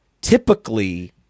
typically